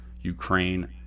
Ukraine